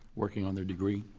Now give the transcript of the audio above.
working on their degree,